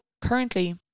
currently